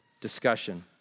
discussion